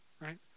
right